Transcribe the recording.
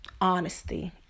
honesty